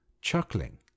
chuckling